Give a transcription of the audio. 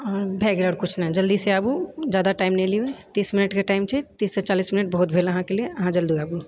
भए गेलै आओर किछु ने जल्दीसँ आबु जादा टाइम नहि लियौ तीस मिनटके टाइम छै तीस सँ चालीस मिनट बहुत भेल अहाँकेँ लिए अहाँ जल्दी आबु